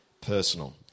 personal